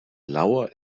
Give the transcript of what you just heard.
lauer